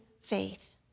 faith